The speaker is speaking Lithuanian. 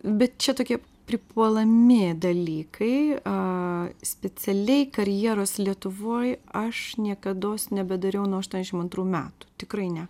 bet čia tokie pripuolami dalykai a specialiai karjeros lietuvoj aš niekados nebedariau nuo aštuoniasdešimt antrų metų tikrai ne